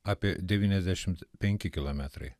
apie devyniasdešimt penki kilometrai